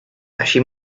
així